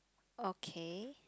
okay